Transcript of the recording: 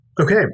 Okay